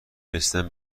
رسیدن